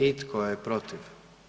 I tko je protiv?